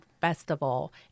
festival